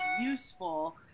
useful-